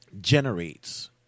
generates